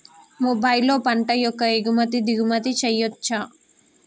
మొబైల్లో పంట యొక్క ఎగుమతి దిగుమతి చెయ్యచ్చా?